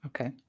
Okay